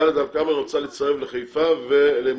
דלית אל כרמל רוצה להצטרף לחיפה ולמוצקין,